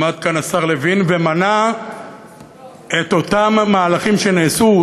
עמד כאן השר לוין ומנה את אותם מהלכים שנעשו,